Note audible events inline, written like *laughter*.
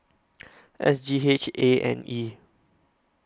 *noise* S G H A and E